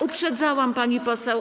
Uprzedzałam, pani poseł.